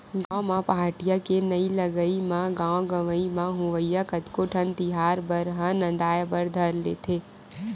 गाँव म पहाटिया के नइ लगई म गाँव गंवई म होवइया कतको ठन तिहार बार ह नंदाय बर धर लेथे